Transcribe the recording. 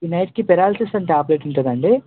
ఈ నైట్కి పెరాలసిస్ అని టాబ్లెట్ ఉంటుంది అండి